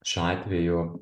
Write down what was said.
šiuo atveju